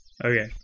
Okay